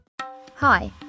Hi